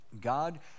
God